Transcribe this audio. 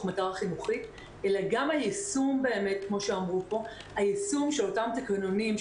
מטרה חינוכית אלא גם היישום של אותם תקנונים,